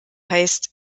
heißt